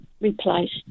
replaced